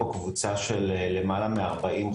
נאבקים בכל הכוח כדי שהם יתקיימו,